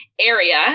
area